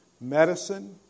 medicine